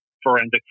forensic